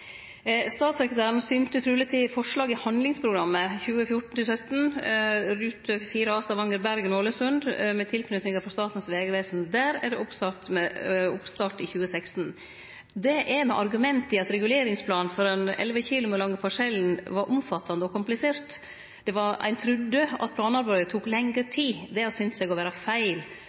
Statssekretæren synte truleg til forslaget i handlingsprogrammet 2014–2017, Rute 4a Stavanger–Bergen–Ålesund med tilknytninger, frå Statens vegvesen. Der er det oppstart i 2016. Det er med argument i at reguleringsplanen for den 11 km lange parsellen var omfattande og komplisert. Ein trudde at planarbeidet tok lengre tid. Det synte seg å vere feil. Samarbeidet mellom kommunar, grunneigarar og Statens vegvesen har